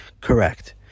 Correct